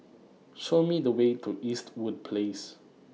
Show Me The Way to Eastwood Place